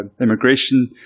immigration